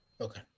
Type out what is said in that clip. Okay